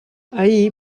ahir